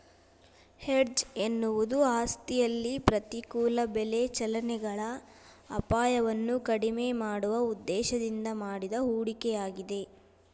hedge ಎನ್ನುವುದು ಆಸ್ತಿಯಲ್ಲಿ ಪ್ರತಿಕೂಲ ಬೆಲೆ ಚಲನೆಗಳ ಅಪಾಯವನ್ನು ಕಡಿಮೆ ಮಾಡುವ ಉದ್ದೇಶದಿಂದ ಮಾಡಿದ ಹೂಡಿಕೆಯಾಗಿದೆ